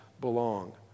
belong